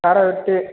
காரை விட்டு